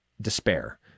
despair